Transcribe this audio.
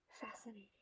fascinating